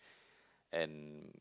and